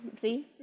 See